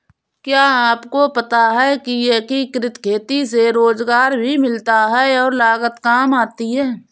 क्या आपको पता है एकीकृत खेती से रोजगार भी मिलता है और लागत काम आती है?